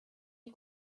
you